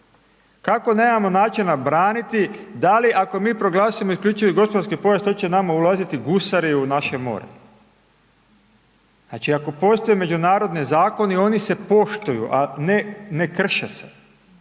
Kako nemamo načina braniti, da li ako mi proglasimo isključivi gospodarski pojas to će nama ulaziti gusari u naše more? Znači ako postoje međunarodni zakoni oni se poštuju, a ne ne krše se.